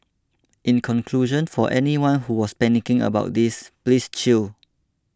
in conclusion for anyone who was panicking about this please chill